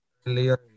earlier